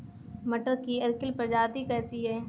मटर की अर्किल प्रजाति कैसी है?